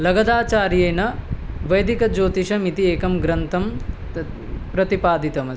लगदाचार्येण वैदिकज्योतिषम् इति एकः ग्रन्थः तत् प्रतिपादितः अस्ति